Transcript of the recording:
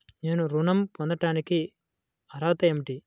నేను ఋణం పొందటానికి అర్హత ఏమిటి?